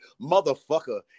motherfucker